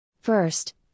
First